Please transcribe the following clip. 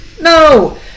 No